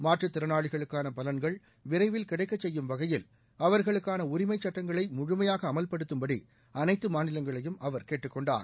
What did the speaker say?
மாற்றுத் திறனாளிகளுக்கான பலன்கள் விரைவில் கிடைக்கச் செய்யும் வகையில் அவர்களுக்கான உரிமைச் சட்டங்களை முழுமையாக அமல்படுத்தும்படி அனைத்து மாநிலங்களையும் அவர் கேட்டுக் கொண்டார்